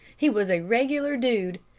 he was a regular dude.